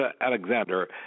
Alexander